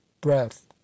breath